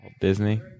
Disney